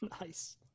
nice